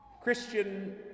Christian